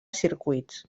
circuits